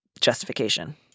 justification